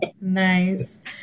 Nice